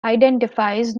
identified